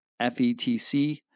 FETC